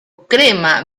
crema